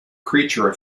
creature